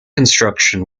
construction